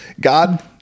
God